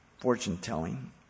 fortune-telling